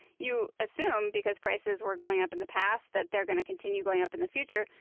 you assume because prices were going up in the past that they're going to continue going up in the future,